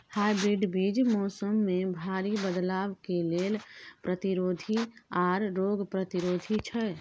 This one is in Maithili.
हाइब्रिड बीज मौसम में भारी बदलाव के लेल प्रतिरोधी आर रोग प्रतिरोधी छै